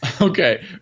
Okay